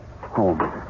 home